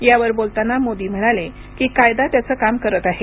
यावर बोलताना मोदी म्हणाले की कायदा त्याचं काम करत आहे